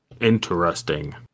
Interesting